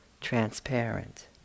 transparent